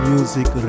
Music